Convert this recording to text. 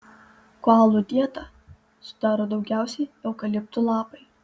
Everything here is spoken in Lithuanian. koalų dietą sudaro daugiausiai eukaliptų lapai